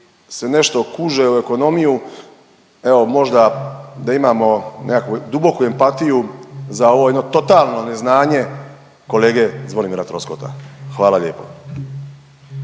se nešto kuže u ekonomiju evo možda da imamo nekakvu duboku empatiju za ovo jedno totalno neznanje kolege Zvonimira Troskota. Hvala lijepo.